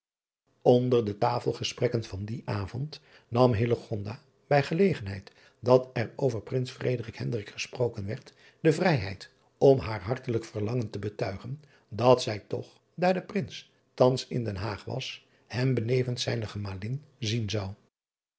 nder de tafelgesprekken van dien avond nam bij gelegenheid dat er over driaan oosjes zn et leven van illegonda uisman rins gesproken werd de vrijheid om haar hartelijk verlangen te betuigen dat zij toch daar de rins thans in den aag was hem benevens zijne emalin zien zou